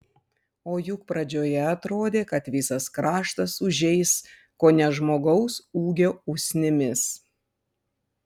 o juk pradžioje atrodė kad visas kraštas užeis kone žmogaus ūgio usnimis